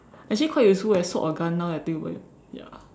actually quite useful eh sword or gun now I think about it ya